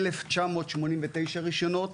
1,989, רישיונות.